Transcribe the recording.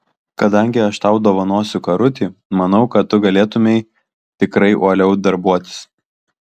kadangi aš tau dovanosiu karutį manau kad tu galėtumei tikrai uoliau darbuotis